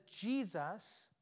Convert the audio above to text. Jesus